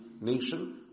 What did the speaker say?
nation